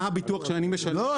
כי רמת הביטוח שאני משלם --- לא,